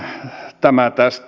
että tämä tästä